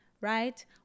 right